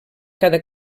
cada